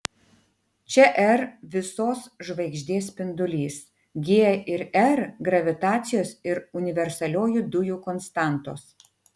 čia r visos žvaigždės spindulys g ir r gravitacijos ir universalioji dujų konstantos